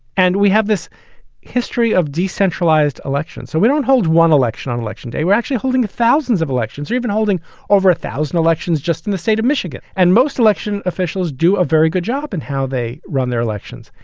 and we have this history of decentralized elections so we don't hold one election on election day. we're actually holding thousands of elections or even holding over a thousand elections just in the state of michigan. and most election officials do a very good job in how they run their elections.